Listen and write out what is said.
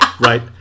right